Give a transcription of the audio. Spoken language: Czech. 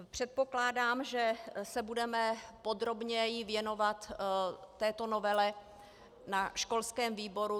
Předpokládám, že se budeme podrobněji věnovat této novele na školském výboru.